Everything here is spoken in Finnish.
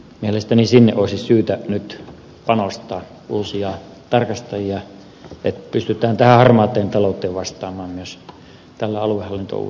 mielestäni sinne olisi syytä nyt panostaa uusia tarkastajia että pystytään tähän harmaaseen talouteen vastaamaan myös tällä aluehallintoalueella